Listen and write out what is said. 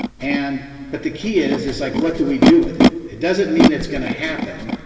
and but the key is it's like, what do we do with it? it doesn't mean it's going to happen.